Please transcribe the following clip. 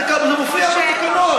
זה מופיע בתקנות.